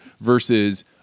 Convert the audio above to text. versus